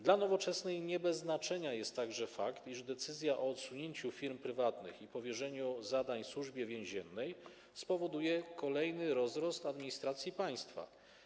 Dla Nowoczesnej nie bez znaczenia jest także fakt, iż decyzja o odsunięciu firm prywatnych i powierzeniu zadań Służbie Więziennej spowoduje kolejny rozrost administracji państwa.